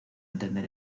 entender